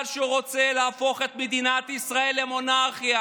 שהוא רוצה להפוך את מדינת ישראל למונרכיה,